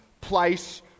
place